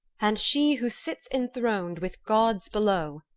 and she who sits enthroned with gods below,